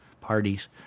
parties